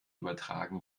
übertragen